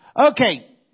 Okay